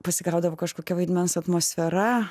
pasikraudavo kažkokia vaidmens atmosfera